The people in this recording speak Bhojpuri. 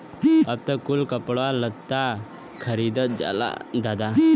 अब त कुल कपड़ो लत्ता खरीदल जाला दादा